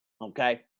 Okay